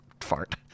fart